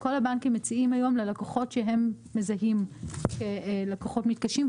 וכל הבנקים מציעים היום ללקוחות שהם מזהים כלקוחות מתקשים,